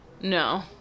No